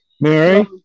Mary